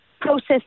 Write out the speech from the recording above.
process